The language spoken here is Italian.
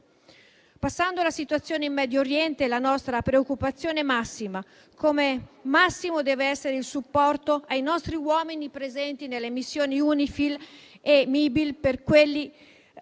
Passando alla situazione in Medio Oriente, la nostra preoccupazione è massima, come massimo deve essere il supporto ai nostri uomini presenti nelle missioni UNIFIL e Mibil, che